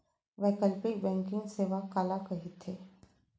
वैकल्पिक बैंकिंग सेवा काला कहिथे?